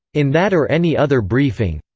in that or any other briefing.